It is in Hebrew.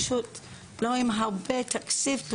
בלי הרבה תקציב,